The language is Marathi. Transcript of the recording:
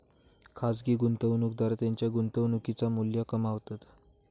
खाजगी गुंतवणूकदार त्येंच्या गुंतवणुकेचा मू्ल्य कमावतत